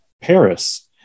Paris